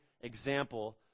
example